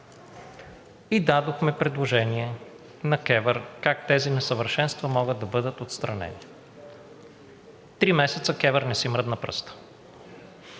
Дадохме предложение на КЕВР как тези несъвършенства могат да бъдат отстранени. Три месеца КЕВР не си мръдна пръста.